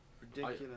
Ridiculous